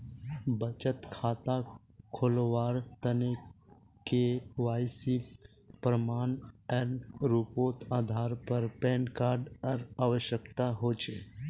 बचत खता खोलावार तने के.वाइ.सी प्रमाण एर रूपोत आधार आर पैन कार्ड एर आवश्यकता होचे